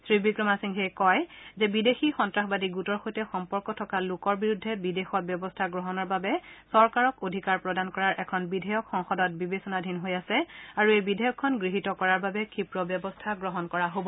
শ্ৰীৱিক্ৰমাসিংঘে কয় যে বিদেশী সন্তাসবাদী গোটৰ সৈতে সম্পৰ্ক থকা লোকৰ বিৰুদ্ধে বিদেশত ব্যৱস্থা গ্ৰহণৰ বাবে চৰকাৰক অধিকাৰ প্ৰদান কৰাৰ এখন বিধেয়ক সংসদত বিবেচনাধীন হৈ আছে আৰু এই বিধেয়কখন গৃহীত কৰাৰ বাবে ক্ষীপ্ৰ ব্যৱস্থা গ্ৰহণ কৰা হ'ব